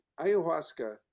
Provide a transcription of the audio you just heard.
ayahuasca